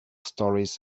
stories